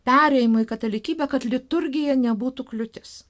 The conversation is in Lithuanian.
perėjimui į katalikybę kad liturgija nebūtų kliūtis